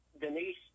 Denise